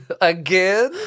Again